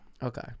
Okay